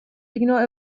ignore